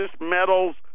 metals